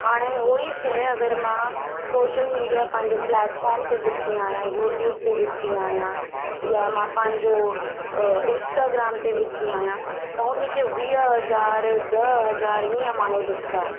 हाणे उहो ई शइ अगरि मां सोशल मीडिया पंहिंजे प्लेटफोम ते विझंदी आहियां यूट्यूब ते विझंदी आहियां या मां पंहिंजो इंस्टाग्राम ते विझंदी आहियां त हुन खे वीह हज़ार ॾह हज़ार हीअं माण्हू ॾिसंदा आहिनि